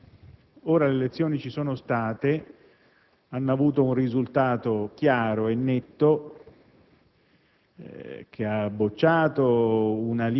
attore, gli Stati Uniti d'America. Le elezioni ci sono state e hanno avuto un risultato chiaro e netto,